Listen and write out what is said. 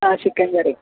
ആ ചിക്കൻ കറി